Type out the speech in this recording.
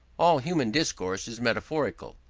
all human discourse is metaphorical,